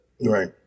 Right